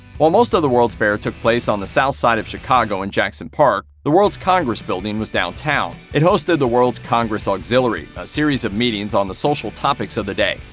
while most of the world's fair took place on the south side of chicago in jackson park, the world's congress building was downtown. it hosted the world's congress auxiliary, a series of meetings on the social topics of the day.